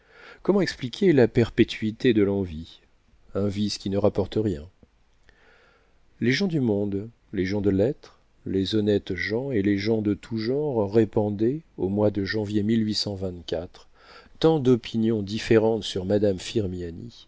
comment expliquer la perpétuité de l'envie un vice qui ne rapporte rien les gens du monde les gens de lettres les honnêtes gens et les gens de tout genre répandaient au mois de janvier tant d'opinions différentes sur madame